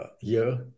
year